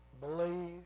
Believe